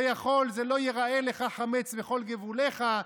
זה "לא יֵראה לך חמץ, בכל גבֻלך".